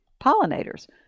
pollinators